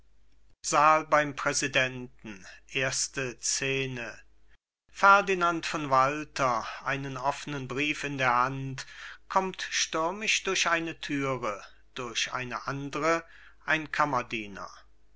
saal beim präsidenten ferdinand von walter einen offenen brief in der hand kommt stürmisch durch eine thüre durch eine andere ein kammerdiener